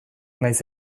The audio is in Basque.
nahiz